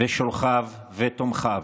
ושולחיו ותומכיו.